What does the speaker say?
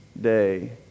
Day